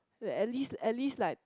at least at least like